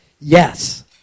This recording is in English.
yes